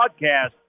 podcast